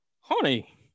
honey